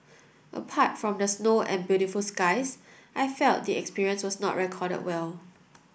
apart from the snow and beautiful skies I felt the experience was not recorded well